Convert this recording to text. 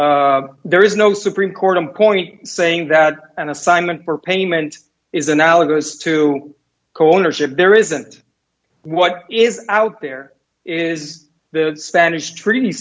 law there is no supreme court in point saying that an assignment for payment is analogous to coulter said there isn't what is out there is the spanish treaty